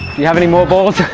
you have any more balls?